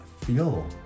feel